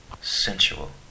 sensual